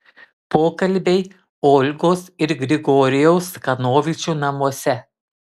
pokalbiai olgos ir grigorijaus kanovičių namuose